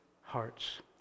hearts